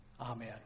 Amen